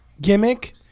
gimmick